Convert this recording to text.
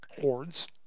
hordes